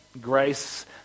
Grace